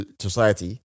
society